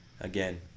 again